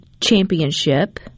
Championship